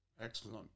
Excellent